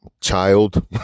child